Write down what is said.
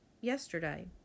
yesterday